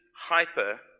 hyper